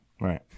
Right